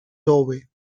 doorway